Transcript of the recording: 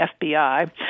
FBI